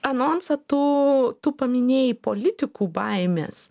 anonsą tu tu paminėjai politikų baimės